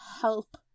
help